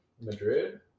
Madrid